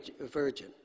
virgin